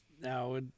Now